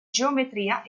geometria